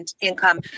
income